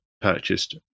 purchased